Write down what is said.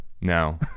No